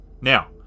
Now